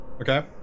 Okay